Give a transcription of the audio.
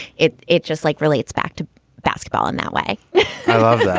it it just like relates back to basketball in that way i love that.